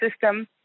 system